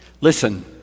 Listen